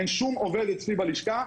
שבא לחפש עבודה.